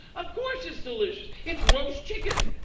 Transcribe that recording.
of course it's delicious. it's roast chicken.